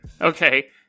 okay